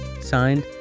signed